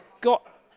got